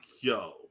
yo